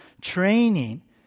training